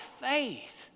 faith